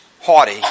haughty